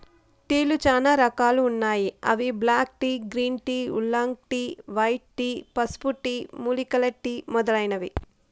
టీలు చానా రకాలు ఉన్నాయి అవి black tea, green tea, oolong tea, white tea, పసుపు టీ, మూలికల టీ మొదలైనవి